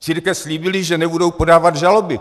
Církve slíbily, že nebudou podávat žaloby.